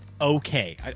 okay